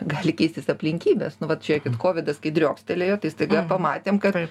gali keistis aplinkybės nu vat žiūrėkit kovidas kai driokstelėjo tai staiga pamatėm kad